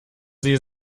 sie